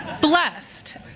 blessed